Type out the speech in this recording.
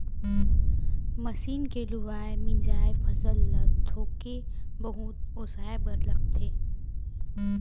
machine के लुवाए, मिंजाए फसल ल थोके बहुत ओसाए बर लागथे